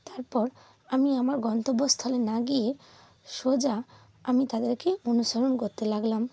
তারপর আমি আমার গন্তব্যস্থলে না গিয়ে সোজা আমি তাদেরকে অনুসরণ করতে লাগলাম